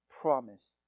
promise